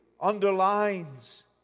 underlines